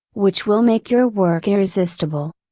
which will make your work irresistible.